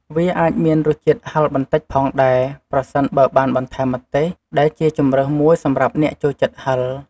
វាអាចមានរសជាតិហឹរបន្តិចផងដែរ ប្រសិនបើបានបន្ថែមម្ទេស ដែលជាជម្រើសមួយសម្រាប់អ្នកចូលចិត្តហឹរ។